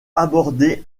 aborder